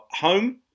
Home